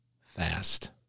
fast